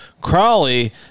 Crowley